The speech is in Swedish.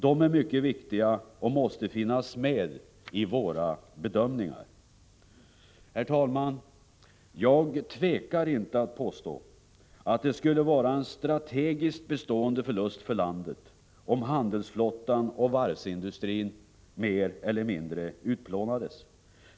De är mycket viktiga och måste finnas med i våra bedömningar. Herr talman! Jag tvekar inte att påstå att det skulle vara en strategiskt bestående förlust för landet om handelsflottan och varvsindustrin mer eller mindre utplånades.